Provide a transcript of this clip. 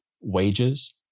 wages